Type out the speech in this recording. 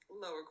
lower